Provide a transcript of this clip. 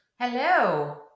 Hello